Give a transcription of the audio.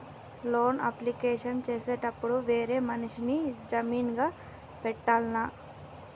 Loan application చేసేటప్పుడు వేరే మనిషిని జామీన్ గా పెట్టాల్నా?